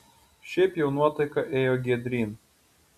šiaip jau nuotaika ėjo giedryn